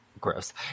Gross